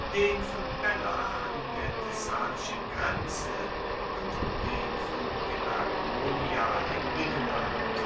den von pella an der thessalischen grenze und den von pelagonia im binnenland